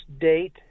date